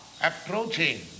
approaching